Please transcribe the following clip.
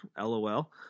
LOL